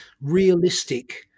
realistic